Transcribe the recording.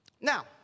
Now